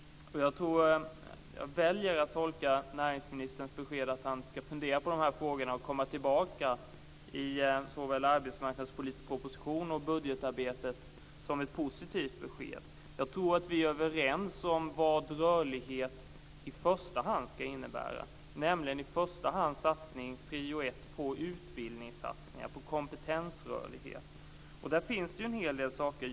Jag väljer att tolka näringsministerns besked om att han ska fundera på de här frågorna och komma tillbaka i såväl arbetsmarknadspolitisk proposition som budgetarbete som positivt. Jag tror att vi är överens om vad rörlighet i första hand ska innebära. I första hand ska det innebära satsning på utbildning, kompetensrörlighet. Där finns det en hel del saker.